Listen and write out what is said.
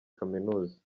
kaminuza